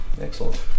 Excellent